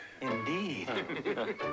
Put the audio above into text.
Indeed